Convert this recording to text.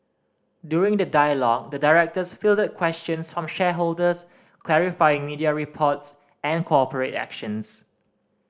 during the dialogue the directors fielded questions from shareholders clarifying media reports and corporate actions